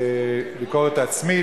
הביקורת הצמודה